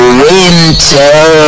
winter